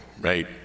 right